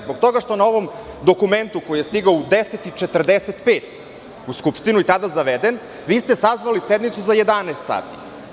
Zbog toga što na ovom dokumentu koji je stigao u 10 i 45 u Skupštinu i tada zaveden, vi ste sazvali sednicu za 11 sati.